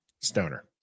stoner